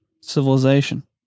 civilization